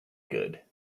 good